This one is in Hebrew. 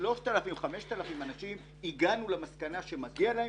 ל-3,000 אנשים הגענו למסקנה שמגיע להם